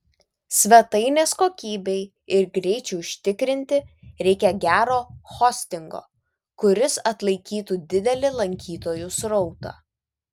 svetainės kokybei ir greičiui užtikrinti reikia gero hostingo kuris atlaikytų didelį lankytojų srautą